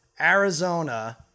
Arizona